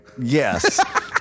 yes